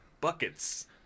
buckets